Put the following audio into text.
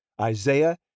Isaiah